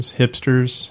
hipsters